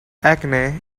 acne